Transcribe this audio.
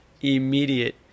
immediate